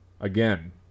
again